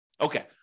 Okay